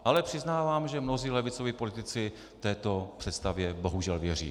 Ale přiznávám, že mnozí levicoví politici této představě bohužel věří.